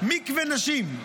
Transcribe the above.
מקווה נשים,